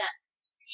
next